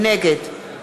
נגד